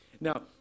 Now